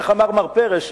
איך אמר מר פרס?